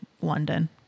London